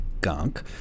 gunk